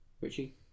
Richie